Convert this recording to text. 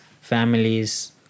families